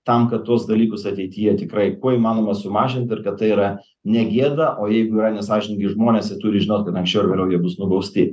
tam kad tuos dalykus ateityje tikrai kuo įmanoma sumažint ir kad tai yra negėda o jeigu yra nesąžiningi žmonės jie turi žinot kad vėliau ar anksčiau jie bus nubausti